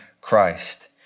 Christ